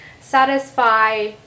satisfy